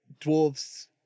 dwarves